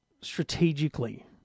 strategically